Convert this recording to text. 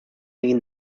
egin